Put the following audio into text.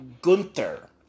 Gunther